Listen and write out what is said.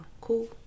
Cool